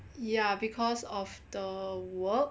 ya because of the world